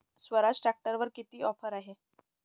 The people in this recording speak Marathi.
स्वराज ट्रॅक्टरवर किती ऑफर आहे?